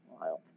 Wild